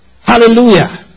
Hallelujah